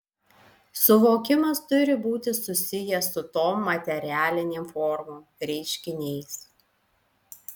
suvokimas turi būti susijęs su tom materialinėm formom reiškiniais